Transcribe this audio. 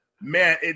man